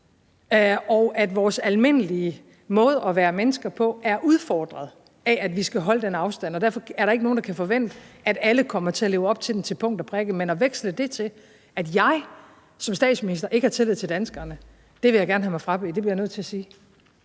og at vores almindelige måde at være mennesker på er udfordret af, at vi skal holde den afstand, og derfor er der ikke nogen, der kan forvente, at alle kommer til at leve op til den til punkt og prikke, men at veksle det til, at jeg som statsminister ikke har tillid til danskerne – det vil jeg gerne have mig frabedt. Det bliver jeg nødt til at sige.